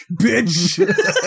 Bitch